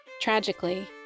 Tragically